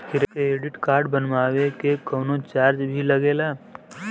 Credit card बनवावे के कोई चार्ज भी लागेला?